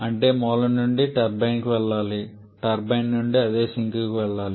అంటే మూలం నుండి టర్బైన్ కి వెళ్ళాలి టర్బైన్ నుండి అది సింక్ కి వెళ్ళాలి